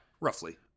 roughly